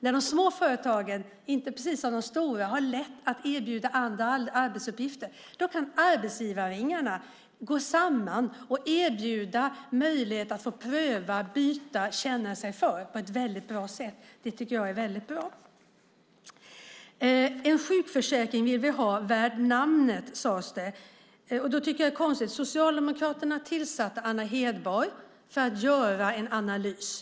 När de små företagen inte har lika lätt som de stora att erbjuda andra arbetsuppgifter kan arbetsgivarringarna gå samman och erbjuda möjlighet att få pröva, byta och känna sig för på ett bra sätt. Det är bra. Vi vill ha en sjukförsäkring värd namnet, sades det. Socialdemokraterna tillsatte Anna Hedborg för att göra en analys.